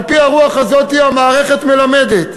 על-פי הרוח הזאת המערכת מלמדת.